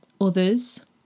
others